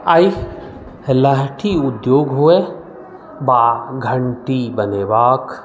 आइ लहठी उद्योग हुए वा घण्टी बनयबाक